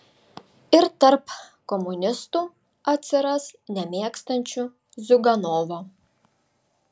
ir tarp komunistų atsiras nemėgstančių ziuganovo